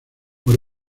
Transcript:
por